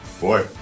Boy